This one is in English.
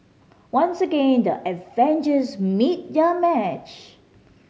once again the Avengers meet their match